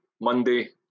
Monday